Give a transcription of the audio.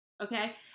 Okay